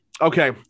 Okay